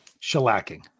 shellacking